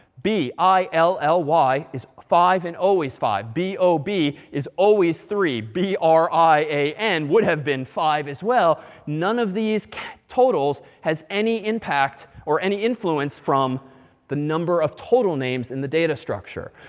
b, i, l, l, y is five and always five. b, o, b is always three. b, r, i, a, n would have been five as well. none of these totals has any impact or any influence from the number of total names in the data structure.